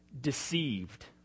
Deceived